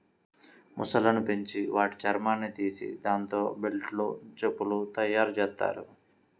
మొసళ్ళను పెంచి వాటి చర్మాన్ని తీసి దాంతో బెల్టులు, చెప్పులు తయ్యారుజెత్తారు